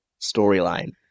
storyline